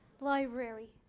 Library